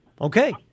Okay